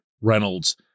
Reynolds